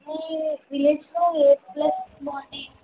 మీ విలేజ్లో ఏ ప్లేస్లు బావుంటాయండి